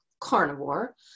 carnivore